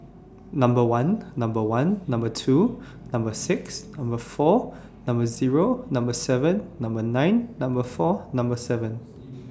Number one Number one Number two Number six Number four Number Zero Number seven Number nine Number four Number seven